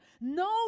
no